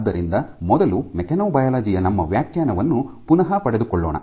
ಆದ್ದರಿಂದ ಮೊದಲು ಮೆಕ್ಯಾನೊಬಯಾಲಜಿ ಯ ನಮ್ಮ ವ್ಯಾಖ್ಯಾನವನ್ನು ಪುನಃ ಪಡೆದುಕೊಳ್ಳೋಣ